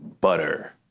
butter